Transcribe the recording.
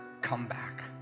comeback